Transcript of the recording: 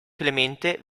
clemente